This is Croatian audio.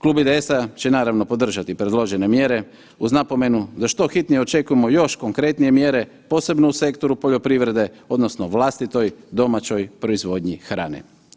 Klub IDS-a će naravno podržati predložene mjere, uz napomenu da što hitnije očekujemo još konkretnije mjere, posebno u sektoru poljoprivrede, odnosno vlastitoj domaćoj proizvodnji hrane.